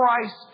Christ